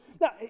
now